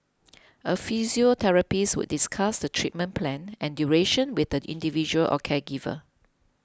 a physiotherapist would discuss the treatment plan and duration with the individual or caregiver